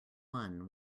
one